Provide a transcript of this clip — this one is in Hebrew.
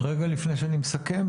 רגע לפני שאני מסכם,